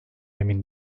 emin